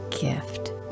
gift